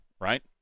right